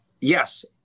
yes